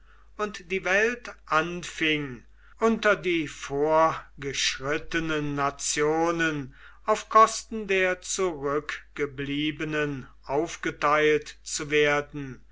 und die welt anfing unter die vorgeschrittenen nationen auf kosten der zurückgebliebenen aufgeteilt zu werden